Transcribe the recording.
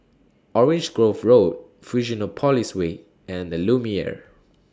Orange Grove Road Fusionopolis Way and The Lumiere